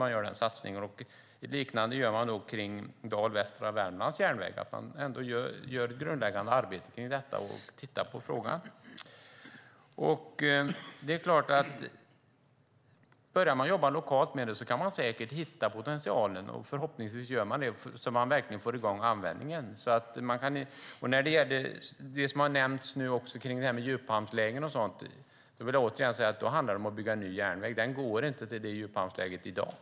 Man gör något liknande kring Dal-Västra Värmlands Järnväg, där man gör ett grundläggande arbete och tittar på frågan. Börjar man jobba lokalt med det kan man säkert hitta potentialen, och förhoppningsvis gör man det så att man verkligen får i gång användningen. När det gäller det som har nämnts om djuphamnslägen vill jag återigen säga att det då handlar om att bygga ny järnväg. Den går inte till det djuphamnsläget i dag.